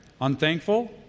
unthankful